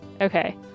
okay